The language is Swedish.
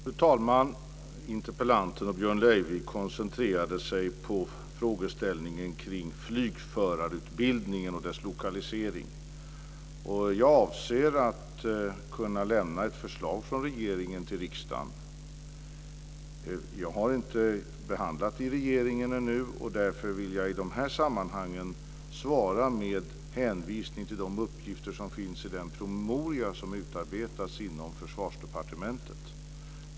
Fru talman! Interpellanten och Björn Leivik koncentrerade sig på frågeställningen kring flygförarutbildningen och dess lokalisering. Jag avser att kunna lämna ett förslag från regeringen till riksdagen. Jag har inte behandlat detta i regeringen ännu, och därför vill jag i de här sammanhangen svara med hänvisning till de uppgifter som finns i den promemoria som utarbetats inom Försvarsdepartementet.